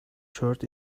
shirt